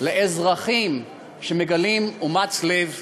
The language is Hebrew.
לאזרחים שמגלים אומץ לב,